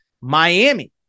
Miami